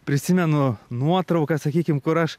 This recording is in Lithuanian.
prisimenu nuotrauką sakykim kur aš